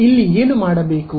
ಇಲ್ಲಿ ಏನು ಮಾಡಬೇಕು